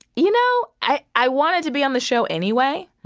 you know, i i wanted to be on the show anyway.